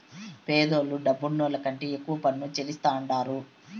పేదోల్లే డబ్బులున్నోళ్ల కంటే ఎక్కువ పన్ను చెల్లిస్తాండారు